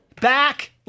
Back